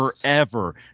forever